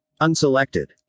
Unselected